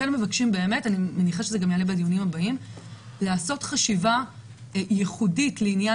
לכן אני באמת מבקשת לעשות חשיבה ייחודית לגבי